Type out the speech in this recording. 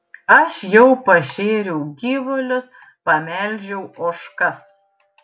aš jau pašėriau gyvulius pamelžiau ožkas